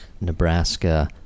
Nebraska-